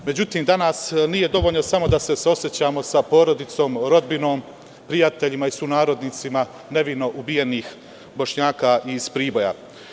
Međutim, danas nije dovoljno samo da se saosećamo sa porodicama, rodbinom, prijateljima i sunarodnicima nevino ubijenih Bošnjaka iz Priboja.